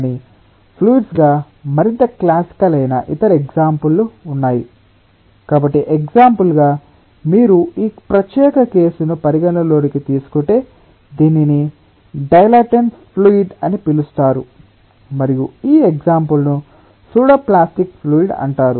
కానీ ఫ్లూయిడ్స్ గా మరింత క్లాసికల్ అయిన ఇతర ఎగ్సాంపుల్ లు ఉన్నాయి కాబట్టి ఎగ్సాంపుల్ గా మీరు ఈ ప్రత్యేక కేసును పరిగణనలోకి తీసుకుంటే దీనిని డైలాటెంట్ ఫ్లూయిడ్ అని పిలుస్తారు మరియు ఈ ఎగ్సాంపుల్ ను సూడో ప్లాస్టిక్ ఫ్లూయిడ్ అంటారు